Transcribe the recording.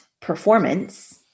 performance